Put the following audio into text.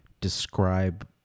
describe